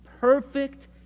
perfect